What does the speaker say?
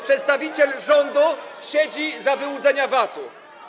Przedstawiciel rządu siedzi za wyłudzenia VAT-u.